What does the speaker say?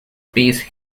piece